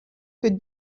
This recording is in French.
que